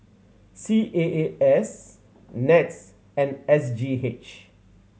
C A A S NETS and S G H